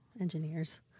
engineers